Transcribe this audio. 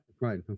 right